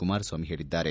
ಕುಮಾರಸ್ವಾಮಿ ಹೇಳಿದ್ದಾರೆ